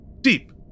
Deep